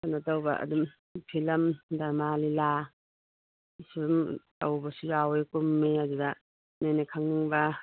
ꯀꯩꯅꯣ ꯇꯧꯕ ꯑꯗꯨꯝ ꯐꯤꯂꯝ ꯗꯔꯃꯥ ꯂꯤꯂꯥ ꯁꯨꯝ ꯇꯧꯕꯁꯨ ꯌꯥꯎꯋꯦ ꯀꯨꯝꯃꯦ ꯑꯗꯨꯗ ꯅꯣꯏꯅ ꯈꯪꯅꯤꯡꯕ